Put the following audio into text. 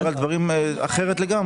מאיר קורח דיבר על דברים אחרת לגמרי.